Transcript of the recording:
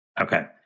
Okay